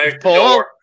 Paul